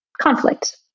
conflict